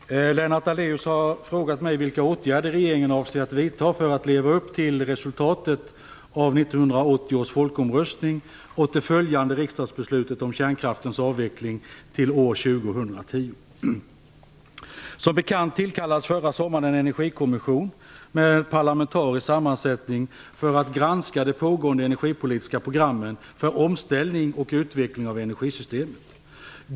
Fru talman! Lennart Daléus har frågat mig vilka åtgärder regeringen avser att vidta för att leva upp till resultatet av 1980 års folkomröstning och det följande riksdagsbeslutet om kärnkraftens avveckling till år Som bekant tillkallades förra sommaren en energikommission med en parlamentarisk sammansättning för att granska det pågående energipolitiska programmen för omställning och utveckling av energisystemet.